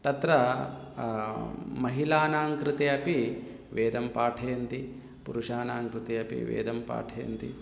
तत्र महिलानां कृते अपि वेदं पाठयन्ति पुरुषाणां कृते अपि वेदं पाठयन्ति